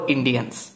Indians